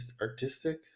artistic